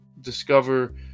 discover